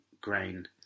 grain